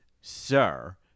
sir